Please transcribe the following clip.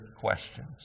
questions